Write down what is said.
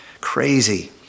crazy